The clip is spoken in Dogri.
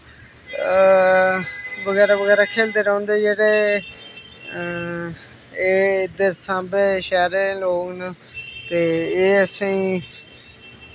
बगैरा बगैरा खेलदे रौंह्दे जेह्ड़े एह् इध्दर सांबै शैह्रे दे लोग न जेह्ड़े ते एह् असेंई